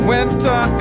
Winter